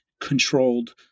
controlled